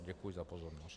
Děkuji za pozornost.